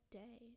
day